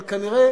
אבל כנראה